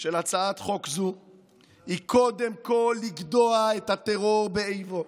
של הצעת חוק זו היא קודם כול לגדוע את הטרור באיבו,